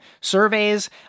surveys